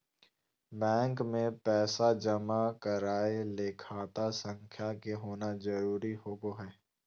bank मे पैसा जमा करय ले खाता संख्या के होना जरुरी होबय हई